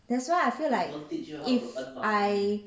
that's why I feel like if I